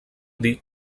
dir